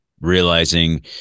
realizing